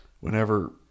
whenever